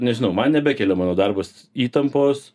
nežinau man nebekelia mano darbas įtampos